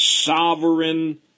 sovereign